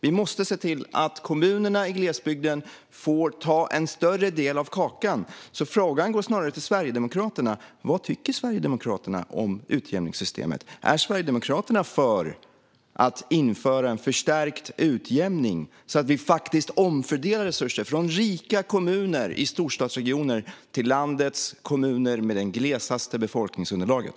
Vi måste se till att kommunerna i glesbygden får en större del av kakan. Frågan går därför snarare till Sverigedemokraterna: Vad tycker Sverigedemokraterna om utjämningssystemet? Är Sverigedemokraterna för att införa en förstärkt utjämning så att vi faktiskt omfördelar resurser från rika kommuner i storstadsregioner till de av landets kommuner som har det glesaste befolkningsunderlaget?